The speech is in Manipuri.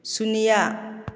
ꯁꯨꯅ꯭ꯌ